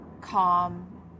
calm